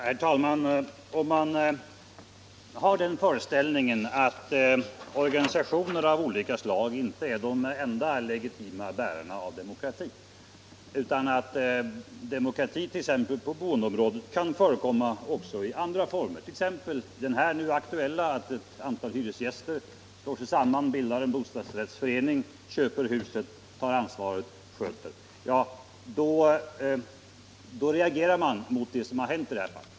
Herr talman! Om man har den föreställningen att organisationer av olika slag inte är de enda legitima bärarna av demokratin, utan att demokrati t.ex. på boendeområdet kan förekomma också i andra former - bl.a. i den nu aktuella, nämligen att ett antal hyresgäster slår sig samman, bildar en bostadsrättsförening, köper huset och tar ansvaret för att sköta det - då reagerar man mot det som har hänt i det här fallet.